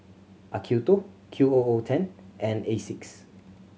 Acuto Q O O ten and Asics